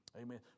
Amen